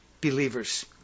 believers